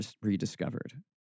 rediscovered